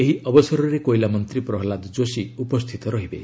ଏହି ଅବସରରେ କୋଇଲା ମନ୍ତ୍ରୀ ପ୍ରହଲାଦ ଯୋଶୀ ଉପସ୍ଥିତ ରହିବେ